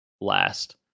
last